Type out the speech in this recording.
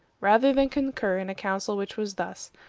rather than concur in a counsel which was thus,